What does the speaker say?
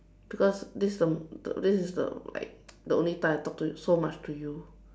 because this the m~ the this is the like the only time I talk to so much to you